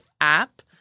App